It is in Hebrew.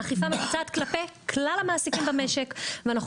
האכיפה מתבצעת כלפי כלל המעסיקים במשק ואנחנו